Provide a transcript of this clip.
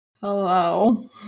hello